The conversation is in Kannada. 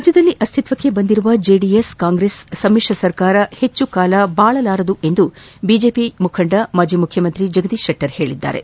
ರಾಜ್ಞದಲ್ಲಿ ಅಸ್ತಿತ್ವಕ್ಷೆ ಬಂದಿರುವ ಜೆಡಿಎಸ್ ಕಾಂಗ್ರೆಸ್ ಸಮಿಶ್ರ ಸರ್ಕಾರ ಹೆಚ್ಚು ಕಾಲ ಬಾಳಲಾರದು ಎಂದು ಬಿಜೆಪಿ ಮುಖಂಡ ಮಾಜಿ ಮುಖ್ಯಮಂತ್ರಿ ಜಗದೀಶ್ ಶೆಟ್ಟರ್ ಹೇಳಿದ್ದಾರೆ